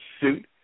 suit